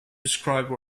describe